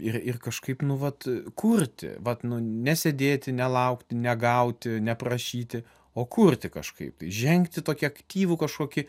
ir ir kažkaip nu vat kurti vat nu nesėdėti nelaukti negauti neprašyti o kurti kažkaip tai žengti tokį aktyvų kažkokį